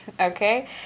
okay